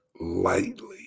lightly